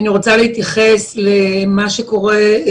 אני רוצה להתייחס למה שקורה,